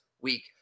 week